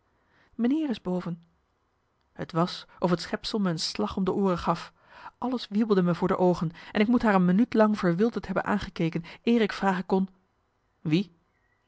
is boven t was of het schepsel me een slag om de ooren gaf alles wiebelde me voor de oogen en ik moet haar een minuut lang verwilderd hebben aangekeken eer ik vragen kon wie